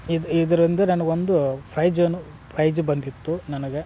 ಇದು ಇದ್ರಿಂದ್ ನನಗೊಂದು ಫ್ರೈಜನು ಪ್ರೈಜು ಬಂದಿತ್ತು ನನಗೆ